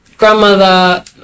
Grandmother